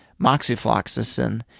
Moxifloxacin